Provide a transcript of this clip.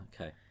Okay